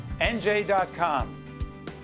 NJ.com